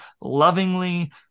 lovingly